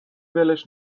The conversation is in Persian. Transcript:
ولش